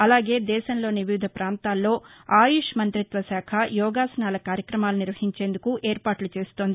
అలాగే దేశంలోని వివిధ పాంతాల్లో ఆయుష్ మంతిత్వ శాఖ యోగాసనాల కార్యక్రమాలు నిర్వహించేందుకు ఏర్పాట్ల చేస్తోంది